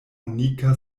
unika